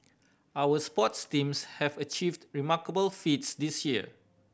our sports teams have achieved remarkable feats this year